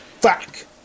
Fuck